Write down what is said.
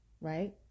right